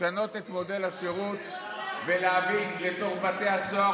לשנות את מודל השירות ולהביא לתוך בתי הסוהר